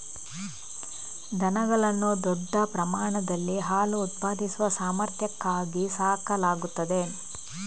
ದನಗಳನ್ನು ದೊಡ್ಡ ಪ್ರಮಾಣದಲ್ಲಿ ಹಾಲು ಉತ್ಪಾದಿಸುವ ಸಾಮರ್ಥ್ಯಕ್ಕಾಗಿ ಸಾಕಲಾಗುತ್ತದೆ